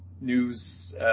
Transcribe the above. news